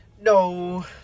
No